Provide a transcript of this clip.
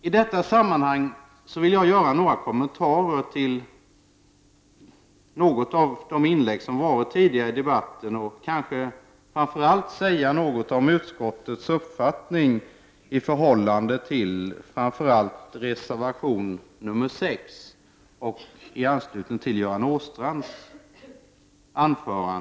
I detta sammanhang vill jag dock göra några kommentarer till de tidigare inläggen i debatten, framför allt i anslutning till Göran Åstrands anförande, och säga något om utskottets uppfattning i förhållande till främst reservation 6.